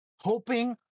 hoping